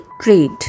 trade